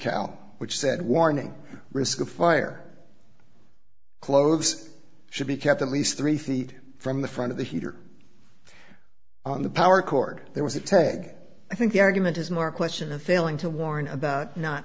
decal which said warning risk of fire clothes should be kept at least three feet from the front of the heater on the power cord there was a tag i think the argument is more a question of failing to warn about not